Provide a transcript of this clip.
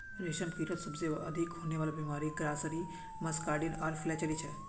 रेशमकीटत सबसे अधिक होने वला बीमारि ग्रासरी मस्कार्डिन आर फ्लैचेरी छे